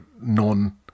non